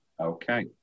Okay